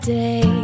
day